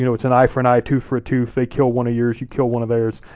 you know it's an eye for an eye, tooth for a tooth, they kill one of yours, you kill one of theirs,